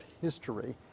history